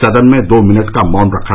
सदन में दो मिनट का मौन रखा